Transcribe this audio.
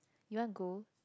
you want go